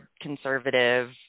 conservative